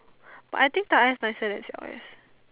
but I think 大 S nicer than 小 S